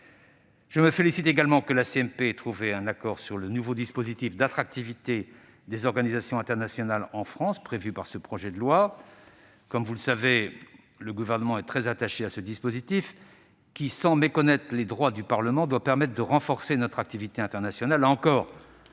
Je me félicite également que la commission mixte paritaire ait trouvé un accord sur le nouveau dispositif d'attractivité des organisations internationales prévu dans ce projet de loi. Comme vous le savez, le Gouvernement est très attaché à ce dispositif qui, sans méconnaître les droits du Parlement, doit permettre de renforcer notre activité internationale.